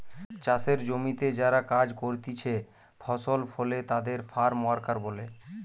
চাষের জমিতে যারা কাজ করতিছে ফসল ফলে তাদের ফার্ম ওয়ার্কার বলে